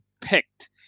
picked